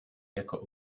jako